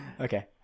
Okay